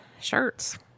shirts